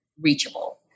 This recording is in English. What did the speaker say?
reachable